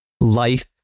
life